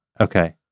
Okay